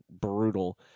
brutal